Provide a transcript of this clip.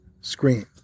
screen